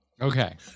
Okay